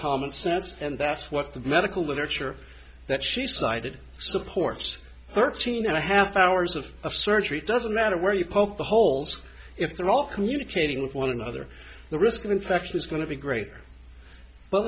common sense and that's what the medical literature that she cited supports thirteen and a half hours of surgery doesn't matter where you poke the holes if they're all communicating with one another the risk of infection is going to be greater but